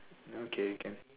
no okay can